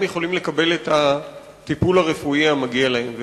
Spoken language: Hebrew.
יכולים לקבל את הטיפול הרפואי המגיע להם.